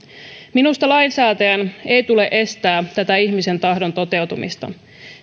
minusta lainsäätäjän ei tule estää tätä ihmisen tahdon toteutumista